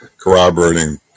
corroborating